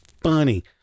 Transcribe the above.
funny